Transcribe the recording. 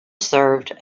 served